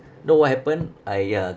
you know what happen I uh